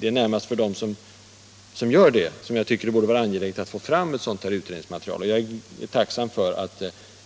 Men för dem som gör det tycker jag det borde vara angeläget att få fram ett sådant utredningsmaterial. Jag är tacksam för